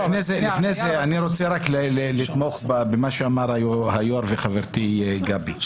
לפני זה אני רוצה לתמוך במה שאמר היו"ר וחברתי גבי.